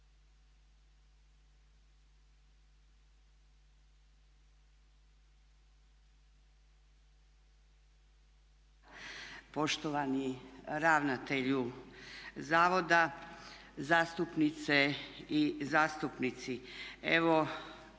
poštovani ravnatelju zavoda, zastupnice i zastupnici. Evo